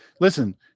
Listen